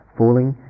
falling